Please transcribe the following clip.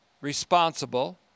responsible